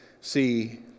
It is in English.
see